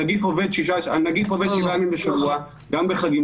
הנגיף עובד שבעה ימים בשבוע, גם בחגים.